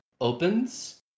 opens